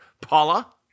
Paula